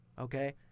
Okay